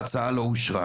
ההצעה לא אושרה,